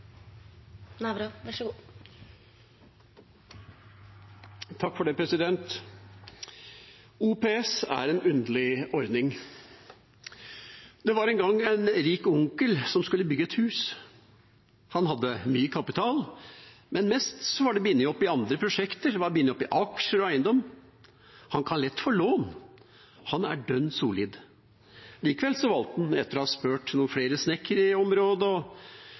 en underlig ordning. Det var en gang en rik onkel som skulle bygge et hus. Han hadde mye kapital, men det meste var bundet opp i andre prosjekter, det var bundet opp i aksjer og eiendom. Han kunne lett få lån, han var dønn solid. Likevel valgte han, etter å ha spurt flere snekkere i området og